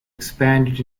expanded